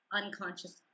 unconscious